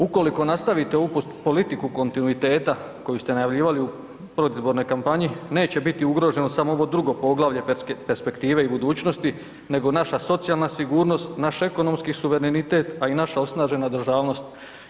Ukoliko nastavite ovu politiku kontinuiteta koju ste najavljivali u predizbornoj kampanji, neće biti ugroženo samo ovo drugo poglavlje perspektive i budućnosti nego naša socijalna sigurnost, naš ekonomski suverenitet a i naša osnažena državnost.